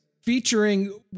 featuring